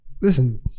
listen